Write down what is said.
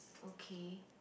okay